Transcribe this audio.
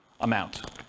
amount